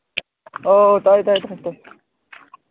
ꯑꯣ ꯇꯥꯏ ꯇꯥꯏ ꯇꯥꯏ